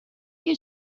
you